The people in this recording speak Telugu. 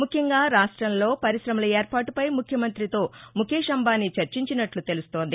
ముఖ్యంగా రాష్టంలో పరికమల ఏర్పాటుపై ముఖ్యమంత్రితో ముకేష్ అంబానీ చర్చించినట్లు తెలుస్తోంది